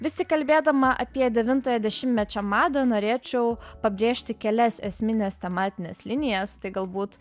vis tik kalbėdama apie devintojo dešimtmečio madą norėčiau pabrėžti kelias esmines tematines linijas tai galbūt